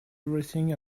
everything